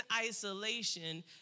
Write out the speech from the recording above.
isolation